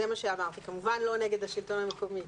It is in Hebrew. זה מה שאמרתי, כמובן לא נגד השלטון המקומי.